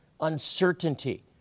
uncertainty